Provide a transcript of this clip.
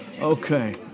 okay